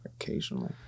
occasionally